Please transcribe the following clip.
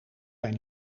hij